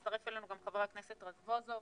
הצטרף אלינו גם חבר הכנסת רזבוזוב.